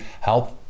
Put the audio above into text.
help